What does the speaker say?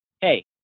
Hey